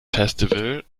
festival